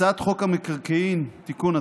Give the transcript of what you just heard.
הצעת חוק המקרקעין (תיקון,